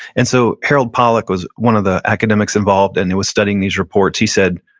and so harold pollack was one of the academics involved and he was studying these reports. he said,